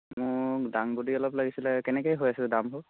মোক দাংবদী অলপ লাগিছিলে কেনেকৈ হৈ আছে দামবোৰ